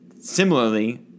similarly